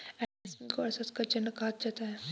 Adam Smith को अर्थशास्त्र का जनक कहा जाता है